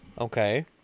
Okay